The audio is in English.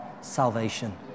salvation